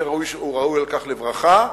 הוא ראוי על כך לברכה.